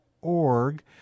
org